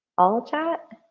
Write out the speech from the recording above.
all chat.